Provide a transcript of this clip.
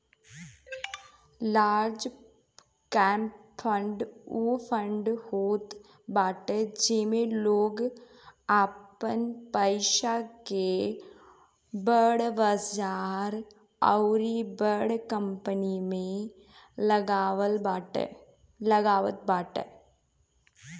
large cap fund उ fund होत बाटे जेमे लोग आपन पईसा के बड़ बजार अउरी बड़ कंपनी में लगावत बाटे